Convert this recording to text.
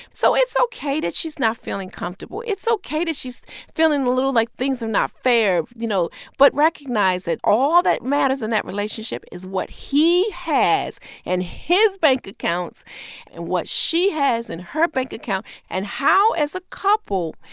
so it's ok that she's not feeling comfortable. it's ok that she's feeling a little like things are not fair, you know but recognize that all that matters in that relationship is what he has in and his bank accounts and what she has in her bank account and how, as a couple,